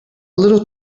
little